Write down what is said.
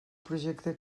projecte